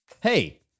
Hey